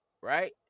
right